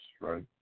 right